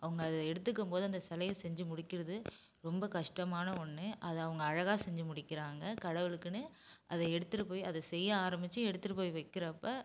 அவங்க அதை எடுத்துக்கும் போது அந்த சிலைய செஞ்சி முடிகிறது ரொம்ப கஷ்டமான ஒன்று அதை அவங்க அழகாக செஞ்சி முடிக்கிறாங்க கடவுளுக்குன்னு அதை எடுத்துகிட்டு போய் அதை செய்ய ஆரம்பித்து எடுத்துகிட்டு போய் வைக்கிறப்ப